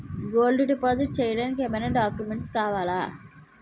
Gold deposit చేయడానికి ఏమైనా documents కావాలా?